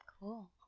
Cool